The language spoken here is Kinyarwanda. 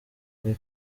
ari